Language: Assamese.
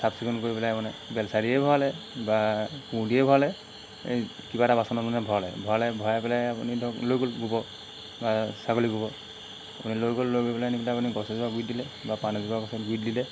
চাফ চিকুণ কৰি পেলাই মানে বেলচাই দিয়ে ভৰালে বা কোৰ দিয়ে ভৰালে এই কিবা এটা বাচনত মানে ভৰালে ভৰালে ভৰাই পেলাই আপুনি ধৰক লৈ গ'ল গোবৰ বা ছাগলী গোবৰ আপুনি লৈ গ'ল লৈ গৈ পেলাইনি পেলাই আপুনি গছ এজোপা গুৰিত দিলে বা পাণ এজোপা গছত গুৰিত দিলে